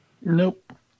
Nope